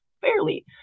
fairly